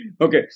Okay